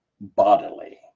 bodily